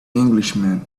englishman